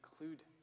include